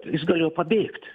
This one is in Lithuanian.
jis galėjo pabėgt